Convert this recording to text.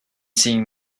seeing